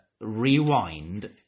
rewind